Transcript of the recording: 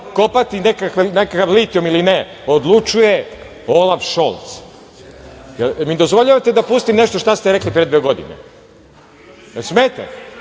kopati nekakav litijum ili ne, odlučuje Olaf Šolc. Da li mi dozvoljavate da pustim nešto šta ste rekli pre dve godine, da